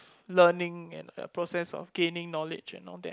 learning and the process of gaining knowledge and all that